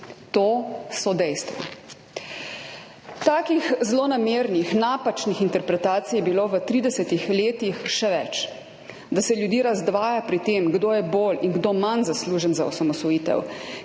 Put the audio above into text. To so dejstva. Takih zlonamernih, napačnih interpretacij je bilo v 30 letih še več. Da se ljudi razdvaja pri tem, kdo je bolj in kdo manj zaslužen za osamosvojitev,